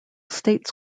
state